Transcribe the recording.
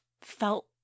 felt